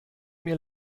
mir